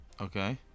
Okay